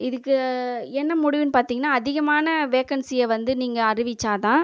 இதுக்கு என்ன முடிவுன்னு பார்த்தீங்கன்னா அதிகமான வேக்கன்சியை வந்து நீங்கள் அறிவித்தா தான்